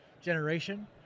generation